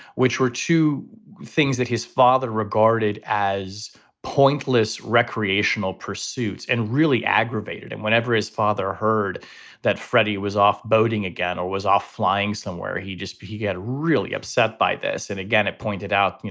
which were two things that his father regarded as pointless recreational pursuits and really aggravated. and whenever his father heard that freddie was off boating again or was off flying somewhere, he just he got really upset by this. and again, it pointed out, you